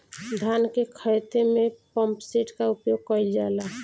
धान के ख़हेते में पम्पसेट का उपयोग कइल जाला?